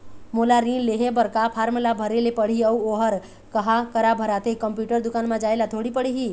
मोला ऋण लेहे बर का फार्म ला भरे ले पड़ही अऊ ओहर कहा करा भराथे, कंप्यूटर दुकान मा जाए ला थोड़ी पड़ही?